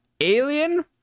Alien